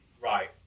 Right